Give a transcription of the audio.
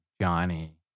Johnny